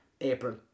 April